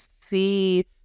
see